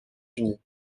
unis